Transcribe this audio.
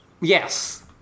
Yes